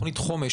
תוכנית חומש,